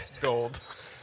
Gold